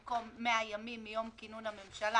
במקום "100 ימים מיום כינון הממשלה"